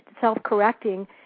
self-correcting